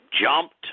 jumped